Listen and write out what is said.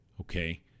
Okay